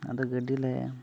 ᱟᱫᱚ ᱜᱟᱹᱰᱤ ᱞᱮ